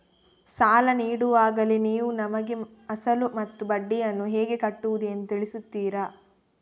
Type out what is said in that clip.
ಸಾಲ ನೀಡುವಾಗಲೇ ನೀವು ನಮಗೆ ಅಸಲು ಮತ್ತು ಬಡ್ಡಿಯನ್ನು ಹೇಗೆ ಕಟ್ಟುವುದು ಎಂದು ತಿಳಿಸುತ್ತೀರಾ?